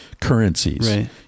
currencies